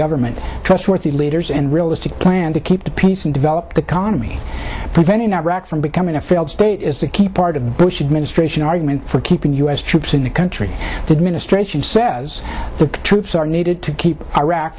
government trustworthy leaders and realistic plan to keep the peace and developed economy preventing iraq from becoming a failed state is the key part of the bush administration argument for keeping u s troops in the country the administrative says the troops are needed to keep iraq